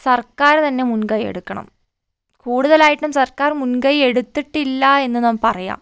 സർക്കാര് തന്നെ മുൻകൈ എടുക്കണം കൂടുതലായിട്ടും സർക്കാർ മുൻകൈ എടുത്തിട്ടില്ല എന്നു നമുക്ക് പറയാം